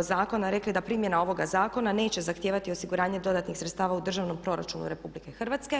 zakona rekli da primjena ovoga zakona neće zahtijevati osiguranje dodatnih sredstava u državnom proračunu RH.